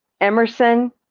Emerson